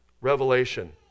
revelation